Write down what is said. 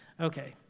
okay